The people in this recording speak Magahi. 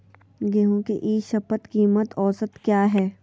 गेंहू के ई शपथ कीमत औसत क्या है?